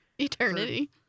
eternity